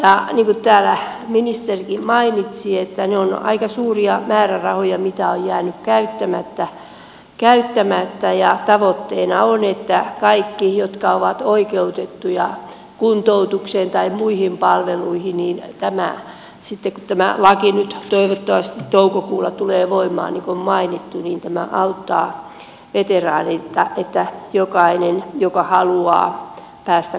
niin kuin täällä ministerikin mainitsi ne ovat aika suuria määrärahoja mitä on jäänyt käyttämättä ja tavoitteena on että sitten kun tämä laki nyt toivottavasti toukokuulla tulee voimaan niin kuin on mainittu niin kaikki veteraanit jotka ovat oikeutettuja kuntoutukseen tai muihin palveluihin ja jotka haluavat päästä kuntoutukseen sinne pääsisivät